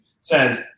says